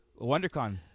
WonderCon